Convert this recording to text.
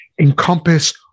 encompass